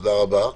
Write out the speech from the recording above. תודה רבה.